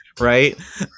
Right